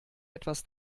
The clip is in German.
etwas